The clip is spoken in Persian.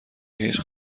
هیچ